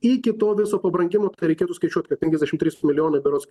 iki to viso pabrangimo reikėtų skaičiuoti kad penkiasdešim trys milijonai berods